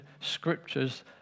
Scriptures